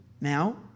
Now